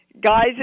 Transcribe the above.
Guys